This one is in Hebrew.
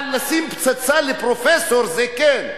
אבל לשים פצצה לפרופסור, זה כן?